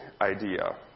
idea